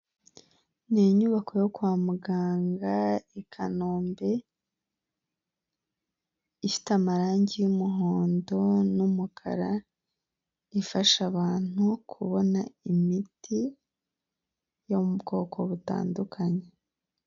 Ni inyubako yo kwa muganga i Kanombe ifite amarangi y'umuhondo n'umukara, ifasha abantu kubona imiti yo mu bwoko butandukanye.